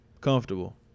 comfortable